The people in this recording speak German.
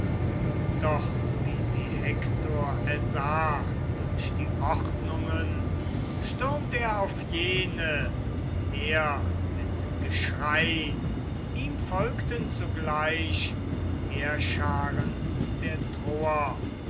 doch wie sie hektor ersah durch die ordnungen stürmt er auf jene her mit geschrei ihm folgten zugleich heerscharen der troer